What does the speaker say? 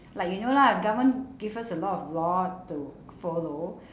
like you know lah government give us a lot of law to follow